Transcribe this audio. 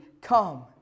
come